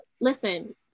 Listen